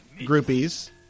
groupies